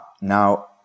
now